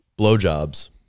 Blowjobs